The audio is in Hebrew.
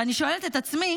ואני שואלת את עצמי